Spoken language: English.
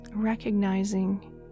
Recognizing